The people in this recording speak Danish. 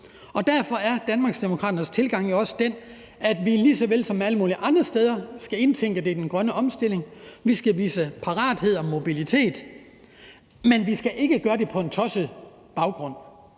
Og derfor er Danmarksdemokraternes tilgang jo også den, at vi lige såvel som alle mulige andre steder skal indtænke det i den grønne omstilling. Vi skal vise parathed og mobilitet. Men vi skal ikke gøre det på en tosset baggrund.